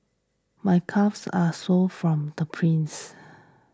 my calves are sore from the sprints